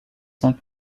cinq